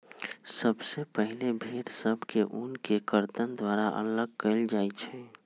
सबसे पहिले भेड़ सभ से ऊन के कर्तन द्वारा अल्लग कएल जाइ छइ